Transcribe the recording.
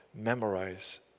memorize